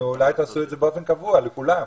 אולי תעשו את זה באופן קבוע לכולם.